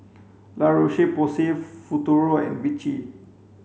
La Roche Porsay Futuro and Vichy